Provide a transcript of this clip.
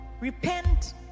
repent